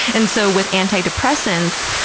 and so with antidepressants,